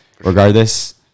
regardless